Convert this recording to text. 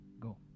Go